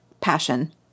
passion